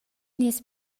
nies